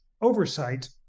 oversight